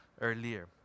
earlier